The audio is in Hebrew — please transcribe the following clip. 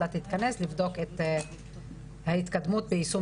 הוועדה תתכנס לבדוק את ההתקדמות ביישום